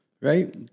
Right